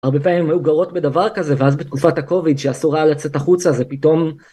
הרבה פעמים היו גרות בדבר כזה, ואז בתקופת הcovid שאסור היה לצאת החוצה, זה פתאום...